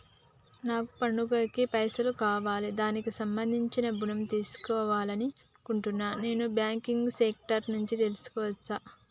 నాకు పండగ కి పైసలు కావాలి దానికి సంబంధించి ఋణం తీసుకోవాలని అనుకుంటున్నం నాన్ బ్యాంకింగ్ సెక్టార్ నుంచి తీసుకోవచ్చా?